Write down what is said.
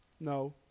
No